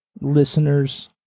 listeners